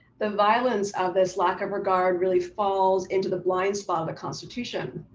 the violence of this lack of regard really falls into the blind spot of the constitution,